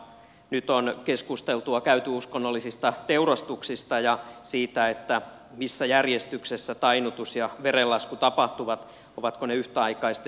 nyt on keskustelua käyty uskonnollisista teurastuksista ja siitä missä järjestyksessä tainnutus ja verenlasku tapahtuvat ovatko ne yhtäaikaisia